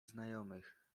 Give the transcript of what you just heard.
znajomych